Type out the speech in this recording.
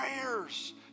prayers